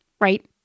right